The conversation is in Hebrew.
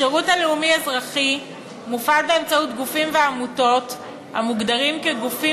השירות הלאומי-אזרחי מופעל באמצעות גופים ועמותות המוגדרים ”גופים